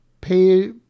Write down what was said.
pay